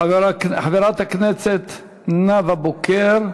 חברת הכנסת נאוה בוקר,